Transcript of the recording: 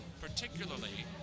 particularly